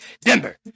Denver